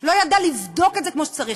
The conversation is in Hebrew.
לא ידעה לבדוק את זה כמו שצריך.